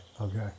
okay